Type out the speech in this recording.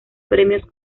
premios